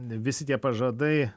visi tie pažadai